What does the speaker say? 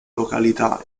località